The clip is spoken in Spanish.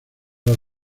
las